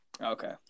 Okay